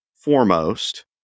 foremost